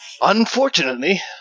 unfortunately